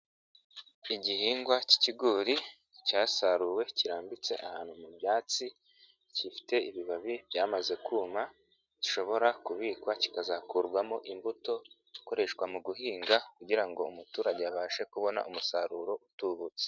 Igihingwa k'ikigori cyasaruwe kirambitse ahantu mu byatsi kifite ibibabi byamaze kuma gishobora kubikwa kikazakurwamo imbuto ikoreshwa mu guhinga kugira ngo umuturage abashe kubona umusaruro utubutse.